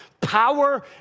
power